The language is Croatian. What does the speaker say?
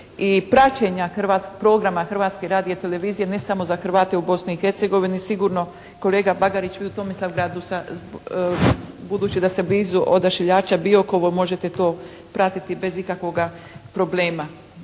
i praćenja programa Hrvatske radiotelevizije ne samo za Hrvate u Bosni i Hercegovini, sigurno kolega Bagarić i u Tomislavgradu, budući da ste blizu odašiljača Biokovo, možete to pratiti bez ikakvoga problema.